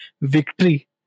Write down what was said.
Victory